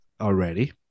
already